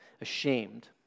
Ashamed